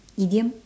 idiom